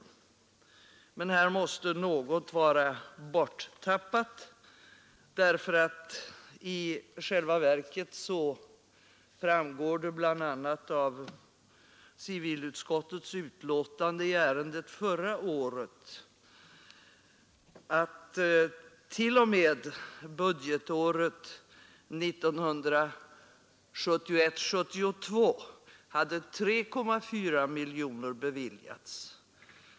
Här måste något vara borttappat därför att i själva verket framgår det bl.a. av civilutskottets betänkande i ärendet förra året att t.o.m. budgetåret 1971/72 hade 3,4 miljoner beviljats.